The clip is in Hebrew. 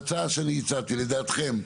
ההצעה שאני הצעתי, לדעתכם,